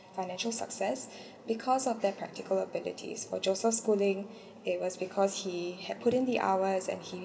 financial success because of their practical abilities for joseph schooling it was because he had put in the hours and he